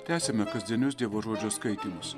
tęsiame kasdienius dievo žodžio skaitymus